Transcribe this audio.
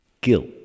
guilt